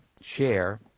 share